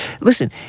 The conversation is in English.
Listen